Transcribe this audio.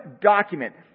document